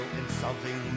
insulting